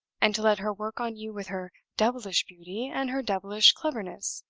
and to let her work on you with her devilish beauty and her devilish cleverness,